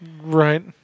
Right